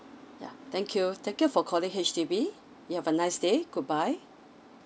ya thank you thank you for calling H_D_B you have a nice day goodbye